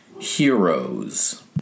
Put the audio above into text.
heroes